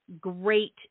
great